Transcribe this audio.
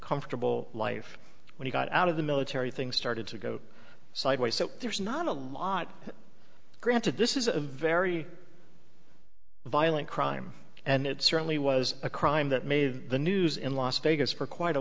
comfortable life when he got out of the military things started to go sideways so there's not a lot granted this is a very violent crime and it certainly was a crime that made the news in las vegas for quite a